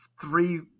three